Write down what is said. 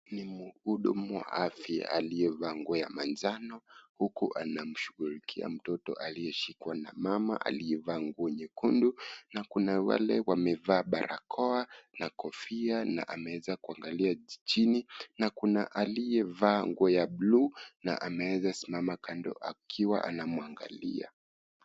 Ni mhudumu wa afya aliyevaa nguo ya manjano, huku anamshughulikia mtoto aliyeshika na mama aliyevaa nguo nyekundu na kuna wale wamevaa barakoa na kofia na ameweza kuangalia chini na kuna aliyevaa nguo ya buluu na ameweza simama kando akiwa anamwangalia.